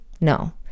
no